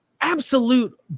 absolute